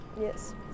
yes